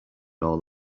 all